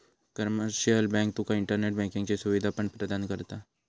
commercial bank तुका internet बँकिंगची सुवीधा पण प्रदान करता